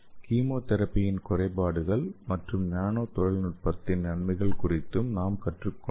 கீமோதெரபியின் குறைபாடுகள் மற்றும் நானோ தொழில்நுட்பத்தின் நன்மைகள் குறித்தும் நாம் கற்றுக்கொண்டோம்